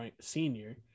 Senior